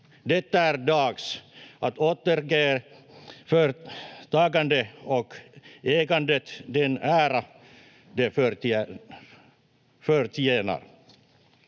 Det är dags att återge företagandet och ägandet den ära de förtjänar.